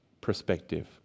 perspective